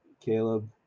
Caleb